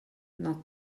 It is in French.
dans